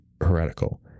heretical